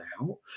out